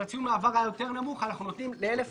אם ציון המעבר היה יותר נמוך אנחנו נותנים לאלה פקטור,